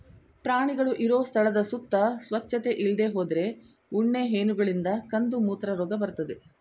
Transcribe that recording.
ಪ್ರಾಣಿಗಳು ಇರೋ ಸ್ಥಳದ ಸುತ್ತ ಸ್ವಚ್ಚತೆ ಇಲ್ದೇ ಹೋದ್ರೆ ಉಣ್ಣೆ ಹೇನುಗಳಿಂದ ಕಂದುಮೂತ್ರ ರೋಗ ಬರ್ತದೆ